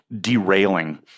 derailing